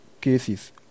cases